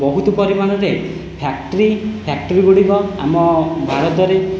ବହୁତ ପରିମାଣରେ factory factory ଗୁଡ଼ିକ ଆମ ଭାରତରେ